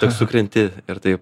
toks sukrinti ir tai